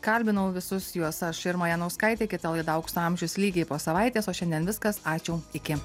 kalbinau visus juos aš irma janauskaitė kita laida aukso amžius lygiai po savaitės o šiandien viskas ačiū iki